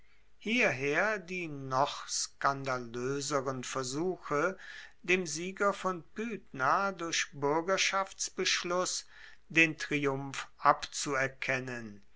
hierher die noch skandaloeseren versuche dem sieger von pydna durch buergerschaftsbeschluss den triumph abzuerkennen